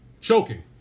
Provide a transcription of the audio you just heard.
Choking